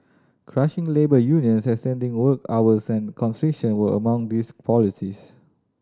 crushing labour unions extending work hours and conscription were among these policies